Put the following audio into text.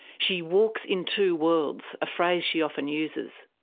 she walks in two worlds, a phrase she often uses.